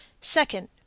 Second